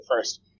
first